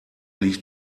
liegt